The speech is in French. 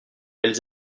elles